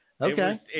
Okay